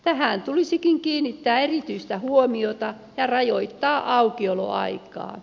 tähän tulisikin kiinnittää erityistä huomiota ja rajoittaa aukioloaikaa